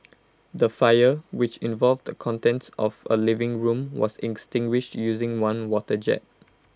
the fire which involved the contents of A living room was extinguished using one water jet